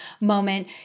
moment